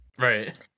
Right